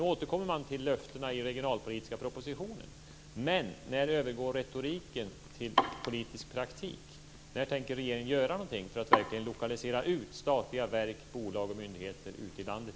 Nu återkommer man till löftena i den regionalpolitiska propositionen, men när övergår retoriken till politisk praktik? När tänker regeringen göra någonting för att i ökad utsträckning verkligen lokalisera ut statliga verk, bolag och myndigheter i landet?